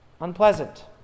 unpleasant